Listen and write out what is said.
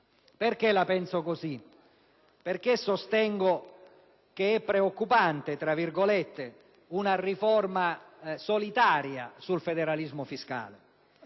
Perché la penso così? Perché sostengo che è preoccupante una riforma solitaria sul federalismo fiscale?